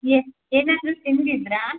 ಏನು ಏನಾದರೂ ತಿಂದಿದ್ದಿರಾ